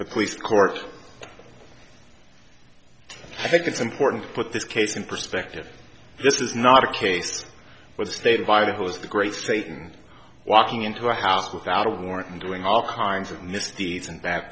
the police courts i think it's important to put this case in perspective this is not a case where the state invited who is the great satan walking into our house without a warrant and doing all kinds of misdeeds and bad